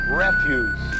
refuse